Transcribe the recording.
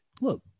Look